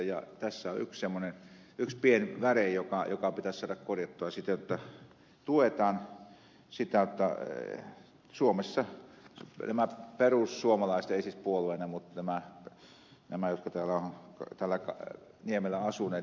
tässä on yksi semmoinen pieni väre joka pitäisi saada korjattua siten jotta tuetaan sitä jotta suomessa nämä perussuomalaiset ei siis puolueena mutta nämä jotka täällä niemellä ovat asuneet tekisivät lapsia enemmän